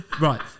Right